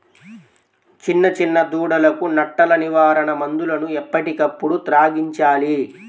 చిన్న చిన్న దూడలకు నట్టల నివారణ మందులను ఎప్పటికప్పుడు త్రాగించాలి